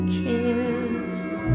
kissed